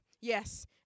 yes